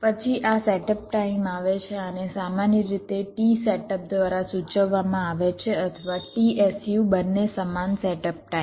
પછી આ setup time આવે છે આને સામાન્ય રીતે t સેટઅપ દ્વારા સૂચવવામાં આવે છે અથવા t su બંને સમાન સેટઅપ ટાઇમ છે